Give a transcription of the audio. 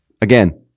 again